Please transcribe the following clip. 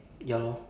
ya lor